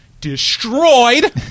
destroyed